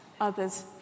others